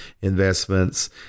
investments